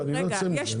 אני לא יוצא מזה.